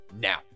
now